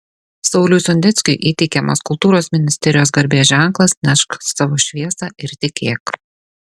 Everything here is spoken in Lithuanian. sauliui sondeckiui įteikiamas kultūros ministerijos garbės ženklas nešk savo šviesą ir tikėk